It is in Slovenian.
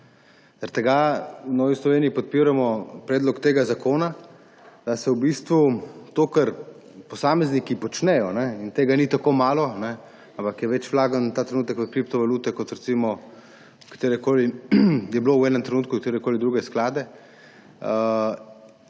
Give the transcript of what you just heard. tega v Novi Sloveniji podpiramo predlog tega zakona. Da se na ta način to, kar posamezniki počnejo – in tega ni tako malo, ampak je več vlaganj ta trenutek v kriptovalute, kot je bilo v enem trenutku recimo v katerekoli druge sklade